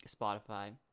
Spotify